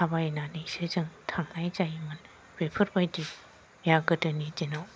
थाबायनानैसो जों थांनाय जायोमोन बेफोरबायदिया गोदोनि दिनाव